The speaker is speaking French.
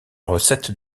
recette